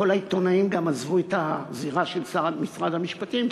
כל העיתונאים גם עזבו את הזירה של משרד המשפטים,